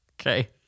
Okay